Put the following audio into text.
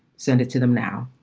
send it to them now.